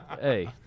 Hey